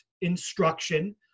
instruction